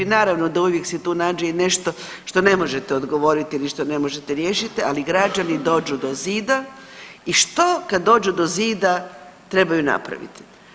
Naravno da uvijek se tu nađe i nešto što ne možete odgovorili ili što ne možete riješiti, ali građani dođu do zida i što kad dođu do zida trebaju napraviti.